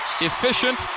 efficient